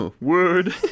word